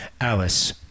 Alice